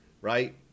right